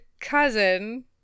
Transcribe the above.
cousin